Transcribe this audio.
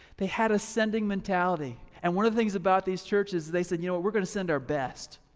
they had a sending mentality and one of the things about these churches they said, you know, we're gonna send our best.